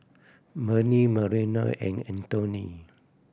Bennie Mariela and Antony